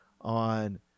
on